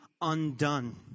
undone